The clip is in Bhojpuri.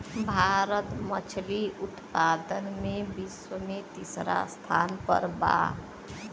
भारत मछली उतपादन में विश्व में तिसरा स्थान पर बा